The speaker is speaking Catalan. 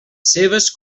seves